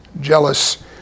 jealous